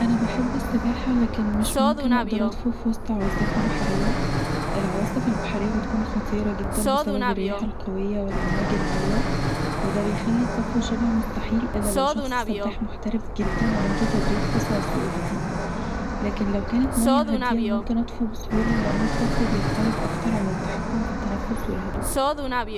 أنا بحب السباحة، لكن مش ممكن أقدر أطفو في وسط عاصفة بحرية. العواصف البحرية بتكون خطيرة جدًا بسبب الرياح القوية والأمواج العالية، وده بيخلي الطفو شبه مستحيل إلا لو الشخص سباح محترف جدًا وعنده تدريب خاص على الظروف دي، لكن لو كانت ميه هادية، ممكن أطفو بسهولة لأن الطفو بيعتمد أكتر على التحكم في التنفس والهدوء